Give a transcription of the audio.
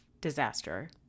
disaster